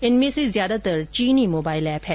इनमें से ज्यादातर चीनी मोबाइल एप हैं